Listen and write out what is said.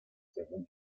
según